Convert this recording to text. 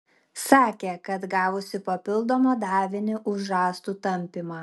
sakė kad gavusi papildomą davinį už rąstų tampymą